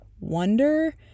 wonder